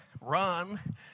run